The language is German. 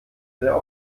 der